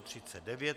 39.